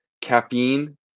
Caffeine